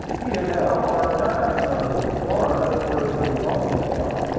he has had a hard time of it in florida, according to his own account.